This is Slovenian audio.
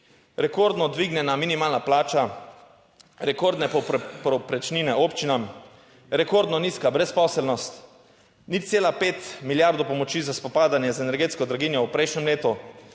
rekordno dvignjena minimalna plača, rekordne povprečnine občinam, rekordno nizka brezposelnost, 0,5 milijard pomoči za spopadanje z energetsko draginjo v prejšnjem letu,